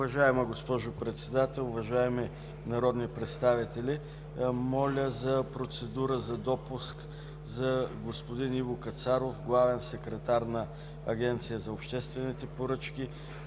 Уважаема госпожо Председател, уважаеми народни представители, моля за процедура за допуск на господин Иво Кацаров – главен секретар на Агенцията за обществени поръчки,